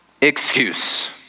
excuse